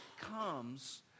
comes